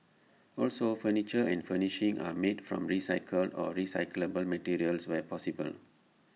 also furniture and furnishings are made from recycled or recyclable materials where possible